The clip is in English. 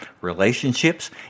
relationships